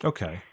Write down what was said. Okay